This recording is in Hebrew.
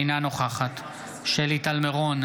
אינה נוכחת שלי טל מירון,